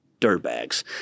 dirtbags